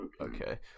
okay